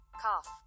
Cough